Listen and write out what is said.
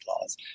laws